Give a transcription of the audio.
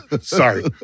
Sorry